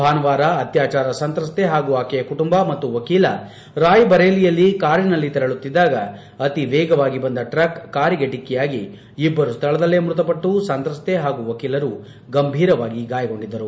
ಭಾನುವಾರ ಅತ್ಯಾಚಾರ ಸಂತ್ರಸ್ತೆ ಹಾಗು ಆಕೆಯ ಕುಟುಂಬ ಮತ್ತು ವಕೀಲ ರಾಯ್ಬರೇಲಿಯಲ್ಲಿ ಕಾರಿನಲ್ಲಿ ತೆರಳುತ್ತಿದ್ದಾಗ ಅತಿವೇಗವಾಗಿ ಬಂದ ಟ್ರಕ್ ಕಾರಿಗೆ ಡಿಕ್ಕಿಯಾಗಿ ಇಬ್ಬರು ಸ್ಥಳದಲ್ಲೇ ಮೃತಪಟ್ಟು ಸಂತ್ರಸ್ತೆ ಹಾಗೂ ವಕೀಲರು ಗಂಭೀರವಾಗಿ ಗಾಯಗೊಂಡಿದ್ದರು